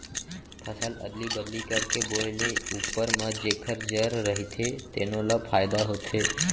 फसल अदली बदली करके बोए ले उप्पर म जेखर जर रहिथे तेनो ल फायदा होथे